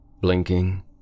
Blinking